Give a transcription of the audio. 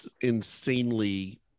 insanely